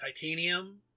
titanium